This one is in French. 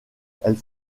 elles